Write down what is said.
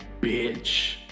bitch